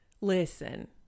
Listen